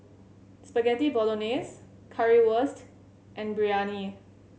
Spaghetti Bolognese Currywurst and Biryani